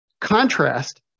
Contrast